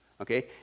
Okay